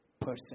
person